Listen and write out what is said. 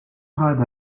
grade